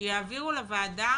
שיעבירו לוועדה